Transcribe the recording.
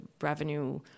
revenue